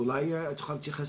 אולי את יכולה להתייחס